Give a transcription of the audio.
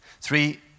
Three